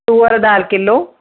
तुअर दाल किलो